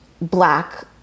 black